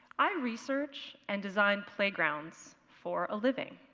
i research and design playgrounds for a living.